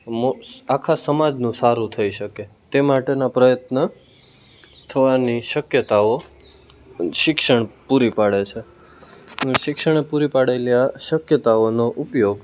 મોક્ષ આખા સમાજનું સારું થઈ શકે તે માટેના પ્રયત્ન થવાની શક્યતાઓ શિક્ષણ પૂરી પાડે છે શિક્ષણને પૂરી પાડેલી આ શક્યતાઓનો ઉપયોગ